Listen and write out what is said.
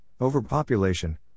overpopulation